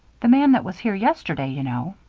the man that was here yesterday, you know.